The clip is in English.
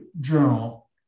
journal